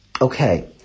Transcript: Okay